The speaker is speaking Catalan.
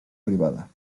privada